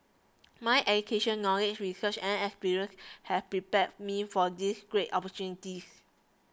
my education knowledge research and experience have prepared me for this great opportunities